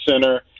center